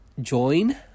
join